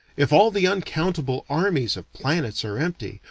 if all the uncountable armies of planets are empty,